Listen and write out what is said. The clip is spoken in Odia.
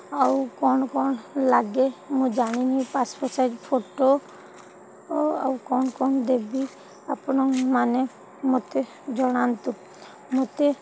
ଆଉ କ'ଣ କ'ଣ ଲାଗେ ମୁଁ ଜାଣିନି ପାସ୍ପୋର୍ଟ୍ ସାଇଜ୍ ଫଟୋ ଆଉ କ'ଣ କ'ଣ ଦେବି ଆପଣଙ୍କମାନେ ମୋତେ ଜଣାନ୍ତୁ ମୋତେ